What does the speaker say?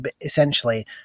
essentially